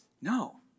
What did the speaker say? No